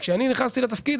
כשאני נכנסתי לתפקיד,